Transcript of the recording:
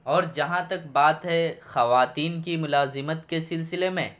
اور جہاں تک بات ہے خواتین کی ملازمت کے سلسلے میں